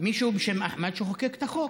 מישהו בשם אחמד שחוקק את החוק